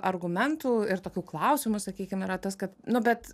argumentų ir tokių klausimų sakykim yra tas kad nu bet